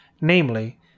namely